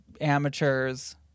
amateurs